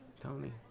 Tony